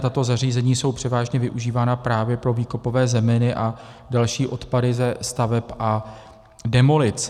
Tato zařízení jsou převážně využívána právě pro výkopové zeminy a další odpady ze staveb a demolic.